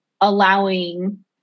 allowing